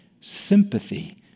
sympathy